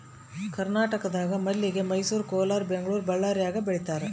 ಕರ್ನಾಟಕದಾಗ ಮಲ್ಲಿಗೆ ಮೈಸೂರು ಕೋಲಾರ ಬೆಂಗಳೂರು ಬಳ್ಳಾರ್ಯಾಗ ಬೆಳೀತಾರ